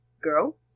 girl